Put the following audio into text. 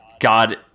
God